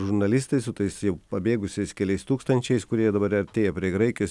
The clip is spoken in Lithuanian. žurnalistai su tais jau pabėgusiais keliais tūkstančiais kurie dabar artėja prie graikijos